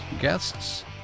guests